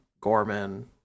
Gorman